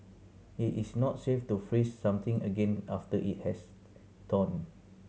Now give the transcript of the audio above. it is not safe to freeze something again after it has thawed